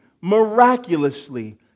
miraculously